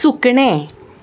सुकणें